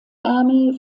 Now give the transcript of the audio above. ärmel